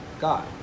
God